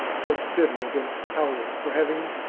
was bitter against aulus for having,